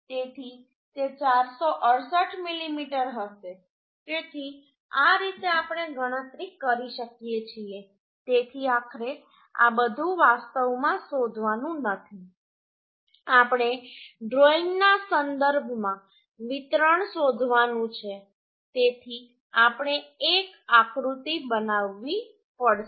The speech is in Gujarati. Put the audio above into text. તેથી તે 468 મીમી હશે તેથી આ રીતે આપણે ગણતરી કરી શકીએ છીએ તેથી આખરે આ બધું વાસ્તવમાં શોધવાનું નથી આપણે ડ્રોઇંગના સંદર્ભમાં વિતરણ શોધવાનું છે તેથી આપણે એક આકૃતિ બનાવવી પડશે